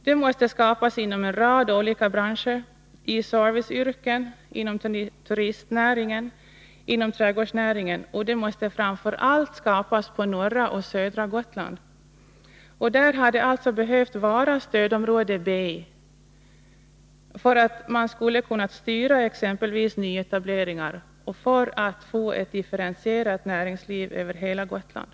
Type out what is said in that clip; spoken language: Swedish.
De måste skapas inom en rad olika branscher Vi serviceyrken, inom turistnäringen, inom trädgårdsnäringen — och de måste framför allt skapas på norra och södra Gotland, som alltså hade behövt tillhöra stödområde B för att man skulle kunna styra exempelvis nyetabåeringar och för att få ett differentierat Nr 145 näringsliv över hela Gotland.